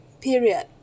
period